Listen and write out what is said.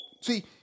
See